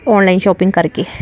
online shopping ਕਰਕੇ